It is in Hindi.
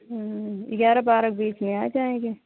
ग्यारह बारह के बीच में आ जाएँगे